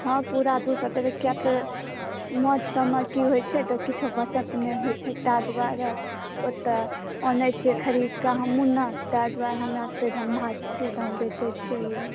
हॅं पुरा दू सए देबै किए तऽ माछ सभमे की होइ छै तऽ किछो बचत नहि होइ छै ताहि दुआरे ओ तऽ अनै छियै खरीदके हमहुँ ने ताहि दुआरे हमरा धन्धा छियै तऽ बेचै छी ई